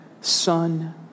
Son